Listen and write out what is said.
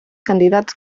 candidats